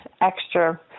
extra